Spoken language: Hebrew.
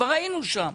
כבר היינו שם,